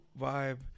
vibe